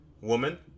woman